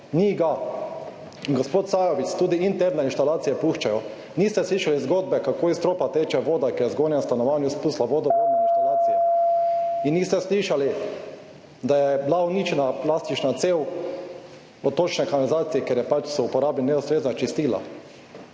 ni ga. Gospod Sajovic, tudi interne inštalacije puščajo, niste slišali zgodbe, kako iz stropa teče voda, ki je v zgornjem stanovanju spustila vodovodna inštalacija. In niste slišali, da je bila uničena plastična cev od točne kanalizacije, ker je pač so uporabili neustrezna čistila.